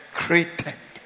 created